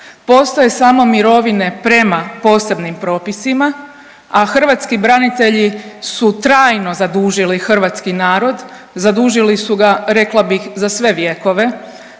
Postoje samo mirovine prema posebnim propisima, a hrvatski branitelji su trajno zadužili hrvatski narod, zadužili su ga rekla bih za sve vjekove